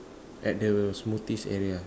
at the smoothies area